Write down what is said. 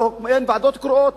ואין ועדות קרואות.